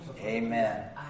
Amen